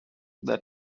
that